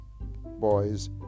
Boys